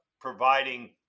providing